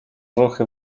ruchy